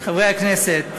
חברי הכנסת,